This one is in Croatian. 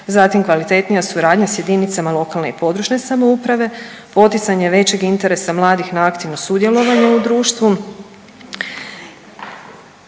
zatim kvalitetnija suradnja s jedinica lokalne i područne samouprave, poticanje većeg interesa mladih na aktivno sudjelovanje u društvu,